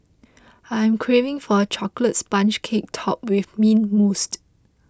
I am craving for a Chocolate Sponge Cake Topped with Mint Mousse